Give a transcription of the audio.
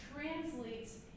translates